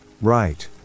right